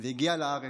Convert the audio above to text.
והגיע לארץ,